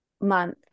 month